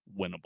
winnable